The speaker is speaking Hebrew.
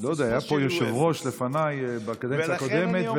לא יודע, היה פה יושב-ראש לפניי, בקדנציה הקודמת.